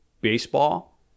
Baseball